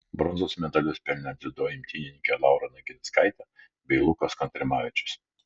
bronzos medalius pelnė dziudo imtynininkė laura naginskaitė bei lukas kontrimavičius